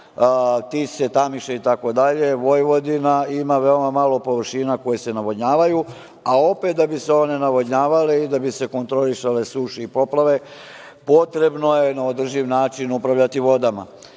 Tise, Tamiša i tako dalje Vojvodina ima veoma malo površina koje se navodnjavaju, a opet da bi se one navodnjavale i da bi se kontrolisale suše i poplave potrebno je na održiv način upravljati vodama. Ono